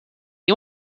you